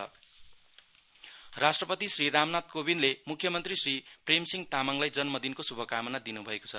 CM birthday राष्ट्रपति श्री रामनाथ कोविन्दले मुख्यमनत्री श्री प्रेम सिंह तामाङलाई जन्म दिनको शुभकामना दिनु भएको छ